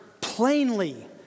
plainly